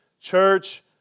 church